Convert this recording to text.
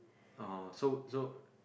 oh so so